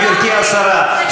גברתי השרה,